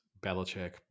Belichick